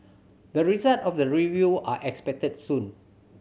the result of the review are expected soon